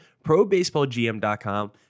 probaseballgm.com